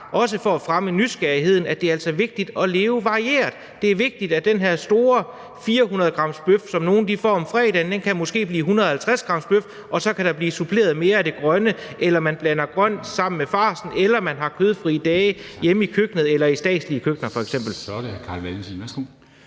også for at fremme nysgerrigheden – om at det altså er vigtigt at leve varieret. Det er vigtigt, at den her store 400-gramsbøf, som nogle får om fredagen, måske kan blive en 150-gramsbøf, og så kan der blive suppleret med mere af det grønne, eller man blander grønt i farsen, eller man har kødfrie dage hjemme i køkkenet eller i statslige køkkener f.eks. Kl.